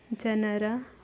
ಜನರ